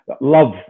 love